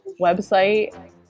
website